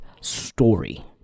story